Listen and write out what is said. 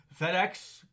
FedEx